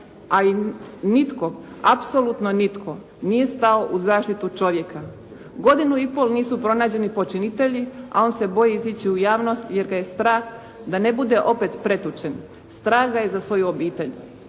a nitko, apsolutno nitko nije stao u zaštitu čovjeka. Godinu i pol nisu pronađeni počinitelji, a on se boji izići u javnost jer ga je strah da ne bude opet pretučen. Strah ga je za svoju obitelj